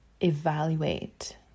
evaluate